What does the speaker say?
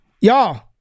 y'all